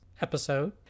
episode